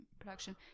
Production